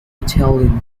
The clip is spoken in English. italian